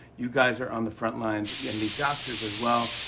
you guys are on the front lines yeah and the doctors as well.